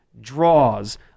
draws